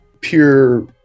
pure